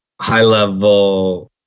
high-level